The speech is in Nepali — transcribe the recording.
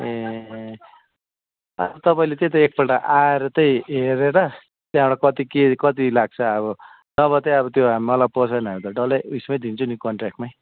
ए अँ तपाईँले त्यही त एकपल्ट आएर त्यही हेरेर त्यहाँबाट कति के कति लाग्छ अब नभए त्यही अब मलाई पोसाएन भने त डल्लै उयसमै दिन्छु नि कन्ट्र्याकमै